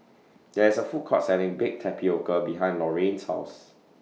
There IS A Food Court Selling Baked Tapioca behind Lorrayne's House